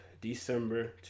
December